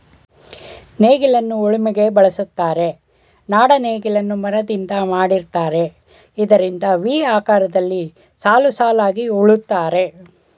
ನೇಗಿಲನ್ನ ಉಳಿಮೆಗೆ ಬಳುಸ್ತರೆ, ನಾಡ ನೇಗಿಲನ್ನ ಮರದಿಂದ ಮಾಡಿರ್ತರೆ ಇದರಿಂದ ವಿ ಆಕಾರದಲ್ಲಿ ಸಾಲುಸಾಲಾಗಿ ಉಳುತ್ತರೆ